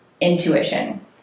intuition